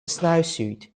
snowsuit